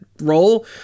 role